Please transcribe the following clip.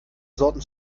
sorten